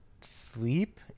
sleep